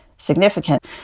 significant